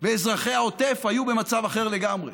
ואזרחי העוטף היו במצב אחר לגמרי.